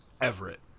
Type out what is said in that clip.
Everett